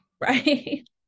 right